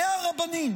100 רבנים